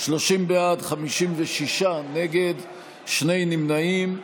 30 בעד, 56 נגד, שני נמנעים.